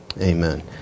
amen